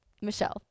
Michelle